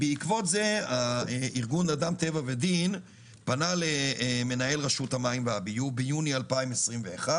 בעקבות זה ארגון אדם טבע ודין פנה למנהל רשות המים והביוב ביוני 2021,